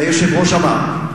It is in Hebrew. והיושב-ראש אמר: